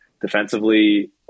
defensively